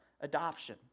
adoption